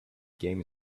game